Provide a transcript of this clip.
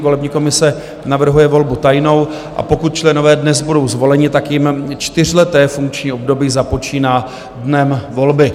Volební komise navrhuje volbu tajnou, a pokud členové dnes budou zvoleni, tak jim čtyřleté funkční období započíná dnem volby.